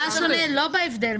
יש הבדל.